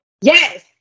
Yes